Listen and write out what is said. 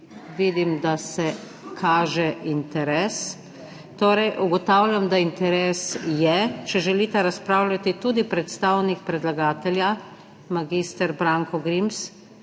Vidim, da se kaže interes, torej ugotavljam, da interes je. Če želita razpravljati tudi predstavnik predlagatelja, mag. Branko Grims